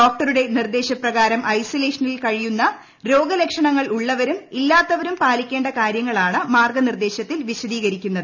ഡോക്ടറുടെ നിർദ്ദേശപ്രകാരം ഐസൊലേഷനിൽ കഴിയുന്ന രോഗലക്ഷണങ്ങൾ ഉള്ളവരും ഇല്ലാത്തവരും പാലിക്കേണ്ട കാര്യങ്ങളാണ് മാർഗ്ഗനിർദ്ദേശത്തിൽ വിശദീകരിക്കുന്നത്